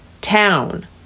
Town